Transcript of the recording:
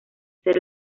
ser